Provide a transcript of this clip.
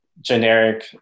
generic